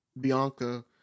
Bianca